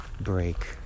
break